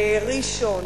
בראשון,